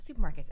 supermarkets